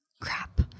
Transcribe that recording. Crap